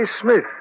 Smith